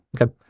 Okay